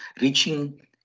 reaching